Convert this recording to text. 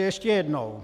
Ještě jednou.